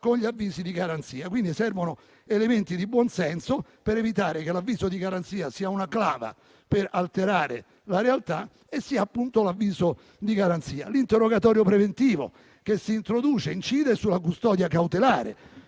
tali atti, per cui servono elementi di buon senso per evitare che l'avviso di garanzia sia una clava per alterare la realtà e sia, appunto, un avviso di garanzia. L'interrogatorio preventivo che si introduce incide sulla custodia cautelare,